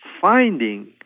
finding